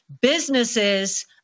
businesses